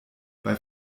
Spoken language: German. bei